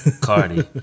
Cardi